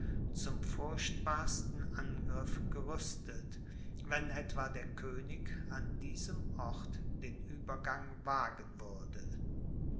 zum furchtbarsten angriff gerüstet wenn etwa der könig an diesem ort den uebergang wagen würde